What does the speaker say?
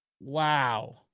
Wow